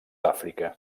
àfrica